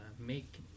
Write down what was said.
make